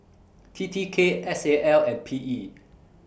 T T K S A L and P E